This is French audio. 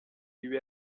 lui